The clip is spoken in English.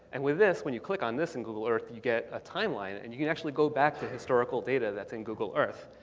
and with this, when you click on this in google earth, you get a timeline. and you can actually go back to historical data that's in google earth.